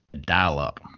dial-up